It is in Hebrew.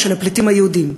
של הפליטים היהודים?